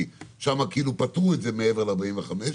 כי שם כאילו פתרו את זה מעבר לגיל 45,